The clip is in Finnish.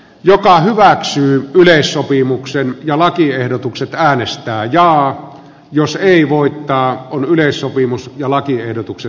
joka hyväksyy yleissopimuksen ja lakiehdotukset äänestää jaa jos ei voittaa on yleissopimus ja lakiehdotukset hylätty